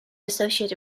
associated